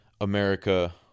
America